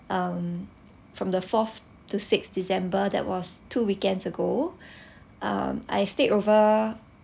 um from the fourth to sixth december that was two weekends ago um I stayed over